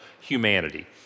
humanity